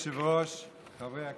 היושב-ראש, חברי הכנסת,